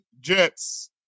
Jets